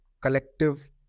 collective